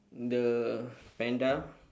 the panda